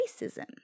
racism